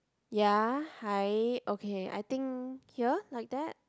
ya hi okay I think here like that